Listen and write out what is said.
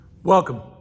Welcome